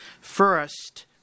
First